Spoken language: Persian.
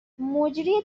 مجری